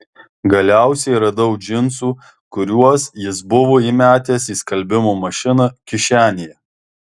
galiausiai radau džinsų kuriuos jis buvo įmetęs į skalbimo mašiną kišenėje